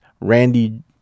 Randy